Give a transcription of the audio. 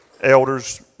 Elders